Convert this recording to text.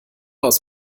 aus